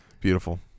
Beautiful